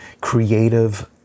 creative